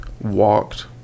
walked